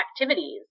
activities